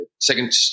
second